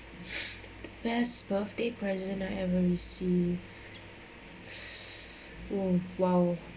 best birthday present I ever received !whoa! !wow!